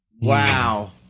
Wow